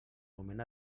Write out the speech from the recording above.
moment